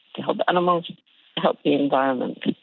to help animals, to help the environment.